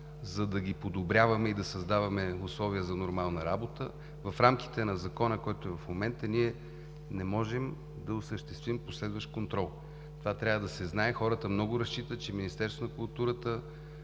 за да ги подобряваме и да създаваме условия за нормална работа. В рамките на Закона, който е в момента, ние не можем да осъществим последващ контрол – това трябва да се знае. Хората много разчитат, че Министерство на културата